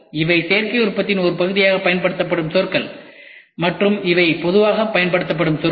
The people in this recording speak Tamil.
இவை சேர்க்கை உற்பத்தியின் ஒரு பகுதியாகப் பயன்படுத்தப்படும் சொற்கள் மற்றும் இவை பொதுவாகப் பயன்படுத்தப்படும் சொற்கள்